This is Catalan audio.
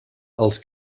els